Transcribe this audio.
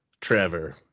Trevor